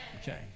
Okay